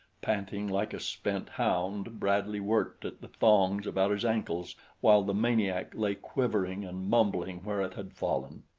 panting like a spent hound bradley worked at the thongs about his ankles while the maniac lay quivering and mumbling where it had fallen.